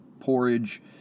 porridge